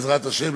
בעזרת השם,